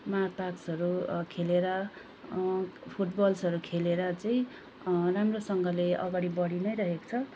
March पास्टहरू खेलेर फुटबल्सहरू खेलेर चाहिँ राम्रोसँगले अगाडि बडी नै रहेको छ